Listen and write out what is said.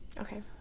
Okay